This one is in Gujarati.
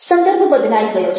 સંદર્ભ બદલાઈ ગયો છે